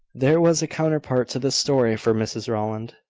there was a counterpart to this story for mrs rowland.